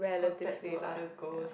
compared to other girls